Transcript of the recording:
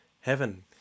heaven